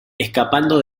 escapando